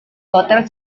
hotel